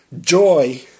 joy